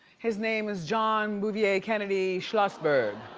his name is john bouvier kennedy schlossberg.